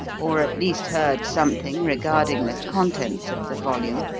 or, at least, heard something regarding the contents of the volume.